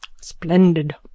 splendid